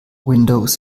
windows